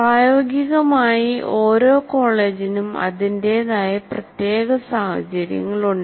പ്രായോഗികമായി ഓരോ കോളേജിനും അതിന്റേതായ പ്രത്യേക സഹചര്യങ്ങളുണ്ട്